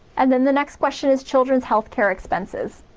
and then the next question is children's health care expenses.